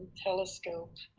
telescope.